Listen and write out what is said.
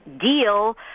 deal